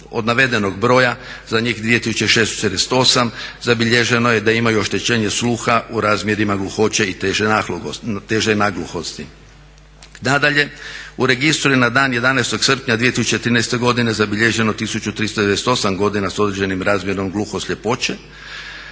Od navedenog broja za njih 2648 zabilježeno je da imaju oštećenje sluha u razmjerima gluhoće i teže nagluhosti. Nadalje, u registru je na dan 11. srpnja 2013. godine zabilježeno 1398 …/Govornik se ne razumije./… s određenim razmjerom gluhosljepoće